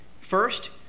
First